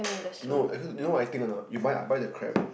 no actually do you know what I think or not you buy I buy the crab